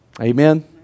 Amen